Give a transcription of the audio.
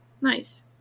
Nice